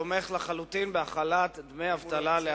אני תומך לחלוטין בהחלת דמי אבטלה על עצמאים.